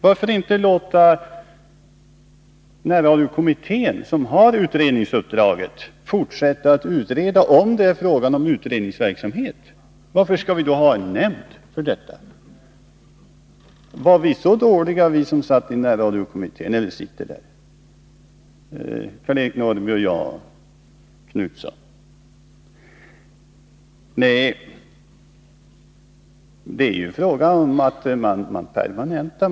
Varför inte låta närradiokommittén, som har utredningsuppdraget, fortsätta att utreda, om det är utredningsverksamhet det är fråga om? Varför skall vi ha en nämnd för detta? Är vi så dåliga, vi som sitter i närradiokommittén — bl.a. Karl-Eric Norrby, jag och Göthe Knutson? Nej, det är fråga om att permanenta verksamheten.